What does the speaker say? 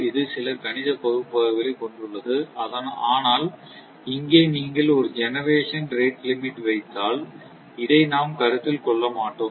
அது சில கணித பகுப்பாய்வுகளைக் கொண்டுள்ளது ஆனால் இங்கே நீங்கள் ஒரு ஜெனெரேஷன் ரேட் லிமிட் வைத்தால் இதை நாம் கருத்தில் கொள்ள மாட்டோம்